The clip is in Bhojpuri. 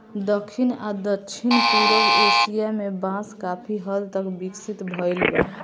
दखिन आ दक्षिण पूरब एशिया में बांस काफी हद तक विकसित भईल बा